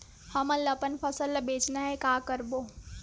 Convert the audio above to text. हमन ला अपन फसल ला बचाना हे का करबो?